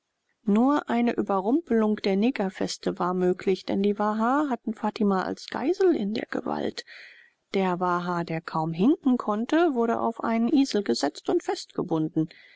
nur eine überrumpelung der negerfestung war möglich denn die waha hatten fatima als geisel in der gewalt der waha der kaum hinken konnte wurde auf einen esel gesetzt und festgebunden